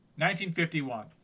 1951